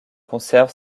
conserve